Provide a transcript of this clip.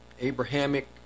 Abrahamic